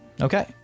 Okay